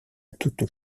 toutes